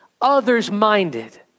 others-minded